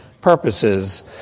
purposes